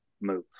move